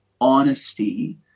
honesty